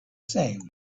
same